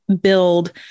build